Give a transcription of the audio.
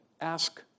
ask